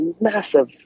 massive